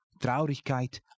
Traurigkeit